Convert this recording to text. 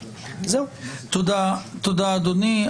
תודה, אדוני.